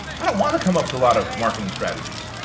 i don't want to come up with a lot of marketing strategies.